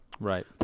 Right